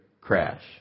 crash